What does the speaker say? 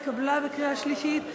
התקבלה בקריאה שלישית,